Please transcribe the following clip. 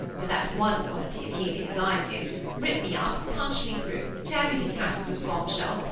for that one quality of healing as i do rip me up, punch me through, tear me to tatters with bomb-shells,